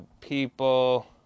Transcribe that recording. people